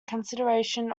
consideration